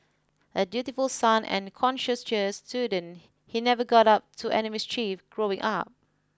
a dutiful son and conscientious student he never got up to any mischief growing up